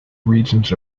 regions